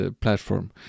platform